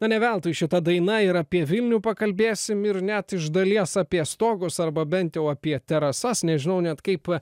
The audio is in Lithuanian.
ne veltui šita daina yra apie vilnių pakalbėsim ir net iš dalies apie stogus arba bent jau apie terasas nežinau net kaip